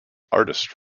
artist